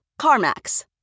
CarMax